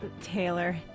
Taylor